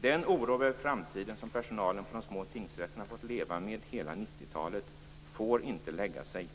Den oro över framtiden som personalen på de små tingsrätterna fått leva med under hela 90-talet får inte lägga sig.